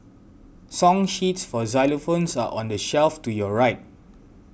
song sheets for xylophones are on the shelf to your right